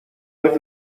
vez